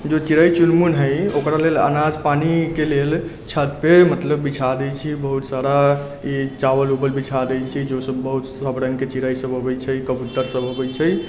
जो चिड़ै चुनमुन है ओकरा लेल अनाज पानिके लेल छतपर मतलब बिछा दै छियै बहुत सारा ई चावल उवल बिछा दै छियै जो से सब रङ्गके चिड़ै सब अबै छै कबूतर सब अबै छै